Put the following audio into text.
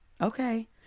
Okay